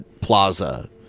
plaza